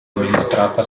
amministrata